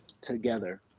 together